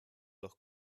durch